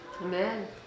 Amen